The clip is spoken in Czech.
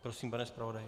Prosím, pane zpravodaji.